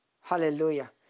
Hallelujah